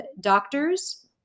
doctors